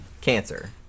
cancer